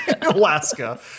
Alaska